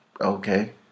okay